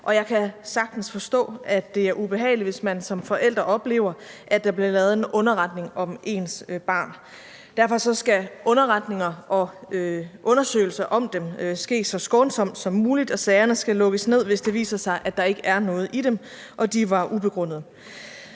Og jeg kan sagtens forstå, at det er ubehageligt, hvis man som forældre oplever, at der bliver lavet en underretning om ens barn. Derfor skal underretninger og undersøgelser om dem ske så skånsomt som muligt, og sagerne skal lukkes ned, hvis det viser sig, at der ikke er noget i dem, og at de var ubegrundede.